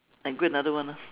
I go another one lah